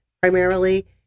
primarily